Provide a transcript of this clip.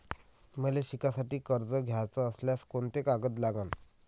मले शिकासाठी कर्ज घ्याचं असल्यास कोंते कागद लागन?